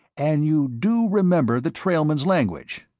and you do remember the trailmen's language.